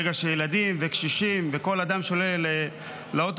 ברגע שילדים וקשישים וכל אדם עולים לאוטובוס,